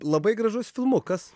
labai gražus filmukas